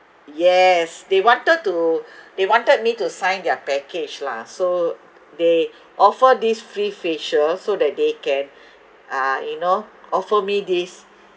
yes they wanted to they wanted me to sign their package lah so they offer this free facial so that they can uh you know offer me this